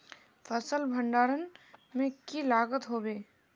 फसल भण्डारण में की लगत होबे?